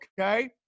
okay